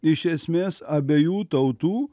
iš esmės abiejų tautų